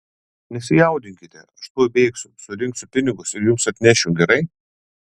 nesijaudinkite aš tuoj bėgsiu surinksiu pinigus ir jums atnešiu gerai